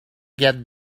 get